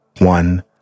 one